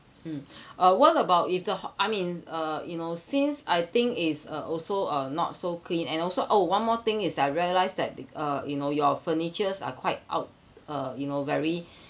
mm uh what about if the ho~ I mean uh you know since I think it also uh not so clean and also oh one more thing is I realized that uh you know your furnitures are quite out~ uh you know very